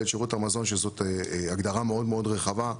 שירות המזון שזאת הגדרה מאוד מאוד רחבה,